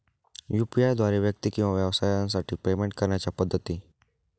UPI द्वारे व्यक्ती किंवा व्यवसायांसाठी पेमेंट करण्याच्या पद्धती